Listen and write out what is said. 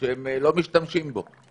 שהם לא משתמשים בו.